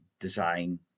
design